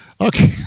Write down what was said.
Okay